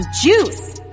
juice